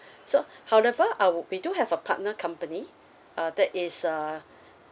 so however our we do have a partner company uh that is a